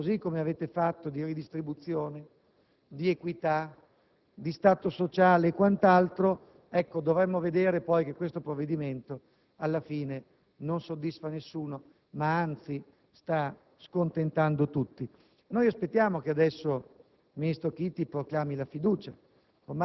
però quando si va a parlare, così come avete fatto, di redistribuzione, di equità, di stato sociale e quant'altro, dovremmo anche considerare che questo provvedimento alla fine non solo non soddisfa nessuno, ma anzi sta scontentando tutti. E adesso, aspettiamo che il